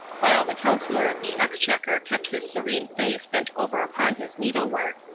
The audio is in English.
while the chancellor of the exchequer kept his serene face bent over upon his needlework.